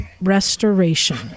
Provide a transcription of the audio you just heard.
restoration